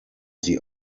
sie